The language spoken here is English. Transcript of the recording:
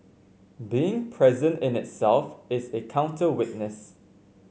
being present in itself is a counter witness